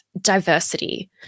diversity